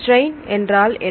ஸ்றைன் என்றால் என்ன